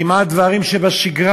כמעט דברים שבשגרה.